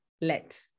let